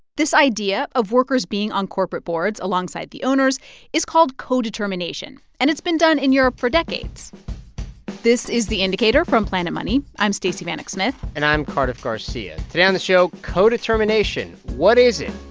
this idea of workers being on corporate boards alongside the owners is called co-determination, and it's been done in europe for decades this is the indicator from planet money. i'm stacey vanek smith and i'm cardiff garcia. today on the show, co-determination. what is it?